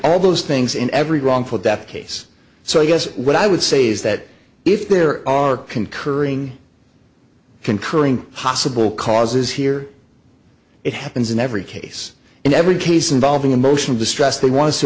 all those things in every wrongful death case so i guess what i would say is that if there are concurring concurring hasa bull causes here it happens in every case in every case involving emotional distress they want